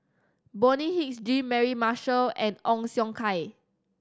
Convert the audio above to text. Bonny Hicks Jean Mary Marshall and Ong Siong Kai